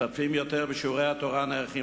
משתתפים יותר בשיעורי התורה הנערכים